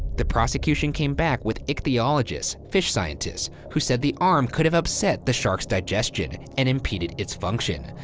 the prosecution came back with ichthyologists, fish scientists, who said the arm could have upset the shark's digestion and impeded its function.